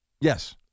Yes